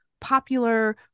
popular